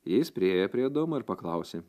jis priėjo prie adomo ir paklausė